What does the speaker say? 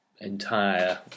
entire